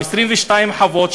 22 חוות,